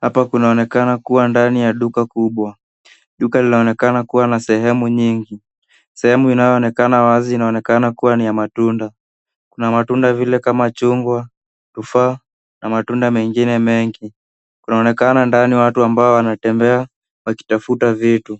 Hapa kunaonekana kuwa ndani ay duka kubwa. Duka linaonekana kuwa na sehemu nyingi. Sehemu inayoonekana wazi inaonekana kuwa ni ya matunda. Kuna matunda kama vile machungwa, tufaa na matunda mengine mengi. Kunaonekana ndani watu ambao wanatembea wakitafuta vitu.